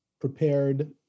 prepared